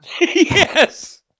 Yes